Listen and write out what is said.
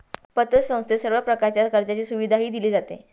पतसंस्थेत सर्व प्रकारच्या कर्जाची सुविधाही दिली जाते